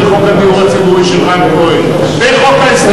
הייתי הראשון שהסכמתי לחוק הדיור הציבורי של רן כהן בחוק ההסדרים.